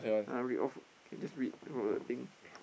ah read off can just read from the thing